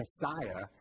Messiah